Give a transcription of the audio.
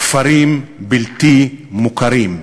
"כפרים בלתי מוכרים".